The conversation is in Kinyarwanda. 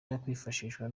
yakwifashishwa